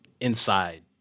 inside